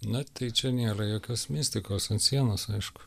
na tai čia nėra jokios mistikos ant sienos aišku